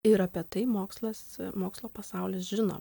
ir apie tai mokslas mokslo pasaulis žino